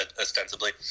ostensibly